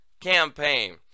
campaign